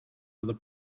other